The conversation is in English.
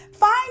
Find